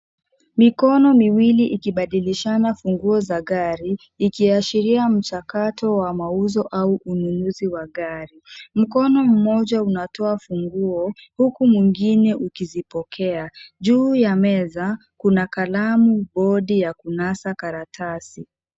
Mikono miwili ikibadilishana funguo za gari, ikiashiria mchakato wa mauzo, au ununuzi wa gari. Mkono mmoja unatoa funguo, huku mwingine ukizipokea. Juu ya meza, kuna kalamu, bodi za kunasa karatasi.